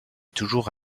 toujours